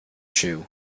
shoe